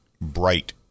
bright